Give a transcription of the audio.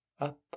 up